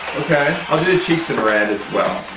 okay. i'll do the cheeks in red as well.